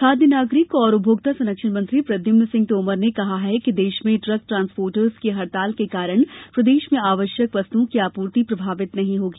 खाद्य नागरिक एवं उपभोक्ता संरक्षण मंत्री प्रद्यम्न सिंह तोमर ने कहा कि देश में ट्रक ट्रान्सपोर्टरों की हड़ताल के कारण प्रदेश में आवश्यक वस्तुओं की आपूर्ति प्रभावित नहीं होगी